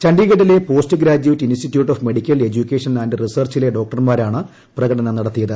ഛണ്ഡീഗഢിലെ post graduate institute of medical education and റിസർച്ചിലെ ഡോക്ടർമാരാണ് പ്രകടനം നടത്തിയത്